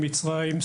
מצרים,